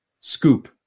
scoop